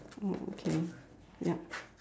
oh okay yup